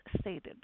stated